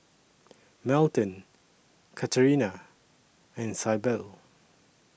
Melton Katharina and Syble